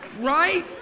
Right